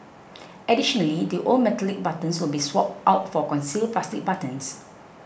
additionally the old metallic buttons will be swapped out for concealed plastic buttons